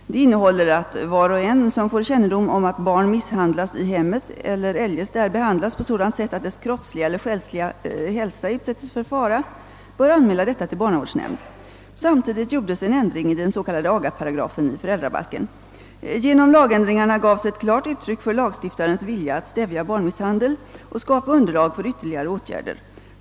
Det innehåller att var och en, som får kännedom om att barn misshandlas i hemmet eller eljest där behandlas på sådant sätt att dess kroppsliga eller själsliga hälsa utsätts för fara, bör anmäla detta till barnavårdsnämnd. Samtidigt gjordes en ändring i den s.k. agaparagrafen i föräldrabalken. Genom lagändringarna gavs ett klart uttryck för lagstiftarens vilja att stävja barnmisshandel och skapa underlag för ytterligare åtgärder.